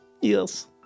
Yes